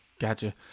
Gotcha